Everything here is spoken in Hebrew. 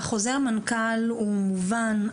החוזר מנכ"ל הוא מובן,